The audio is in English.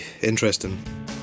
interesting